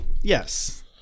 Yes